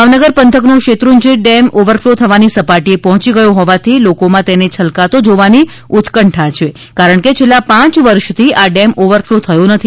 ભાવનગર પંથકનો Shetrunji dam overflow થવાની સપાટીએ પહોચી ગયો હોવાથી લોકોમાં તેને છલકતો જોવાની ઉત્કંઠા છે કારણ કે છેલ્લા પાંચ વર્ષથી આ ડેમ ઓવરફ્લો થયો નથી